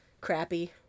crappy